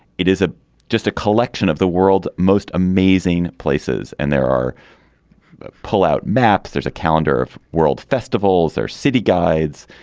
it is a just a collection of the world's most amazing places and there are but pull out maps there's a calendar of world festivals or city guides.